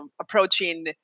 approaching